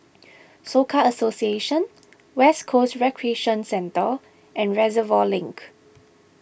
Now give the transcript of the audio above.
Soka Association West Coast Recreation Centre and Reservoir Link